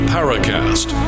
Paracast